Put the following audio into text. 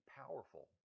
powerful